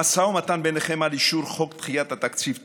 המשא ומתן ביניכם על אישור חוק דחיית התקציב תקוע.